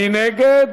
מי נגד?